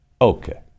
Okay